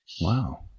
Wow